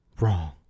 wrong